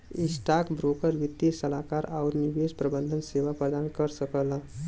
stockbroker वित्तीय सलाहकार आउर निवेश प्रबंधन सेवा प्रदान कर सकला